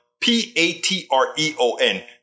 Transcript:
P-A-T-R-E-O-N